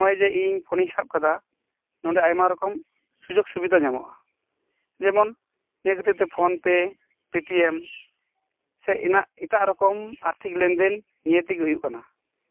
ᱥᱮ ᱱᱚᱜᱚᱭ ᱡᱮ ᱤᱧ ᱯᱷᱚᱱ ᱤᱧ ᱥᱟᱵ ᱟᱠᱟᱫᱟ ᱱᱚᱸᱰᱮ ᱟᱭᱢᱟᱨᱚᱠᱢ ᱥᱩᱡᱳᱜ ᱥᱩᱵᱤᱫᱷᱟ ᱧᱟᱢᱚᱜᱼᱟ ᱡᱮᱢᱚᱱ ᱱᱤᱭᱟᱹ ᱠᱷᱟᱹᱛᱤᱨ ᱛᱮ ᱯᱷᱚᱱ ᱯᱮ ᱯᱮᱴᱤᱭᱮᱢ ᱥᱮ ᱮᱴᱟᱜ ᱨᱚᱠᱚᱢ ᱟᱨᱛᱷᱤᱠ ᱞᱮᱱᱫᱮᱱ ᱱᱤᱭᱟᱹ ᱛᱮᱜᱮ ᱦᱩᱭᱩᱜ ᱠᱟᱱᱟ